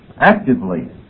actively